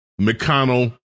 McConnell